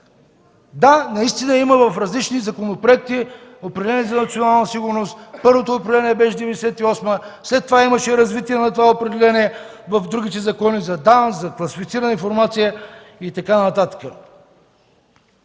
Да, наистина има в различни законопроекти определения за национална сигурност. Първото определение беше 1998 г., след това имаше развитие на това определение в другите закони – за ДАНС, за класифицираната информация и така нататък.